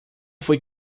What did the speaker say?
fui